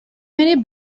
many